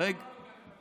אתה טועה.